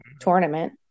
tournament